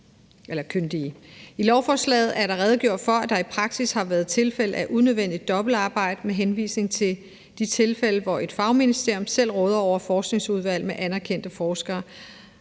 I lovforslaget er der redegjort for, at der i praksis har været tilfælde af unødvendigt dobbeltarbejde med henvisning til de tilfælde, hvor et fagministerium selv råder over et forskningsudvalg med anerkendte forskere,